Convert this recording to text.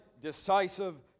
decisive